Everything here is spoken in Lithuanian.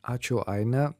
ačiū aine